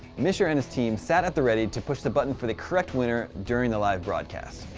mischer and his team sat at the ready to push the button for the correct winner during the live broadcast.